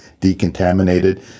decontaminated